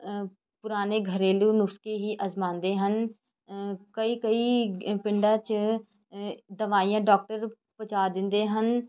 ਪੁਰਾਣੇ ਘਰੇਲੂ ਨੁਸਖੇ ਹੀ ਅਜ਼ਮਾਉਂਦੇ ਹਨ ਕਈ ਕਈ ਪਿੰਡਾਂ 'ਚ ਦਵਾਈਆਂ ਡਾਕਟਰ ਪਹੁੰਚਾ ਦਿੰਦੇ ਹਨ